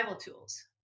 tools